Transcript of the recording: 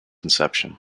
inception